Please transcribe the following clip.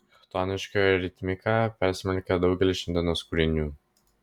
chtoniškoji ritmika persmelkia daugelį šiandienos kūrinių